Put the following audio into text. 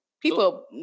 people